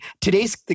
today's